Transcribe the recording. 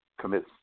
commits